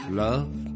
love